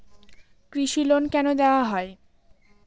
কৃষি লোন কেন দেওয়া হয়?